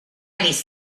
these